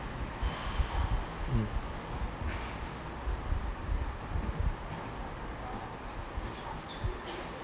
mm